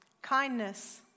Kindness